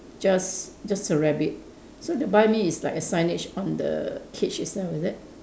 just just a rabbit so the buy me is like a signage on the cage itself is it